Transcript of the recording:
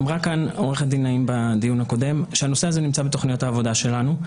נאמר כאן בדיון הקודם שהנושא הזה נמצא בתכניות העבודה שלנו.